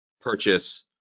purchase